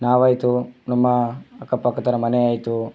ನಾವಾಯಿತು ನಮ್ಮ ಅಕ್ಕ ಪಕ್ಕದವರ ಮನೆ ಆಯಿತು